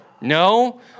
No